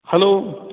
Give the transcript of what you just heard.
hello